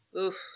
Oof